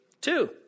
Two